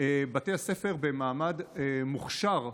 בתי הספר במעמד מוכש"ר,